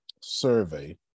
survey